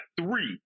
three